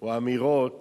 או האמירות